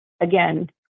again